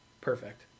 perfect